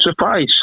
suffice